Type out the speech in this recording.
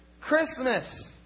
Christmas